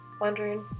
wondering